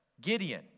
Gideon